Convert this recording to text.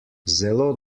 zelo